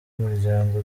imiryango